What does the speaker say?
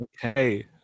hey